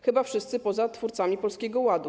Chyba wszyscy poza twórcami Polskiego Ładu.